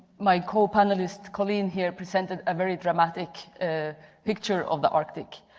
my co-panelist, colleen here presented a very dramatic picture of the arctic.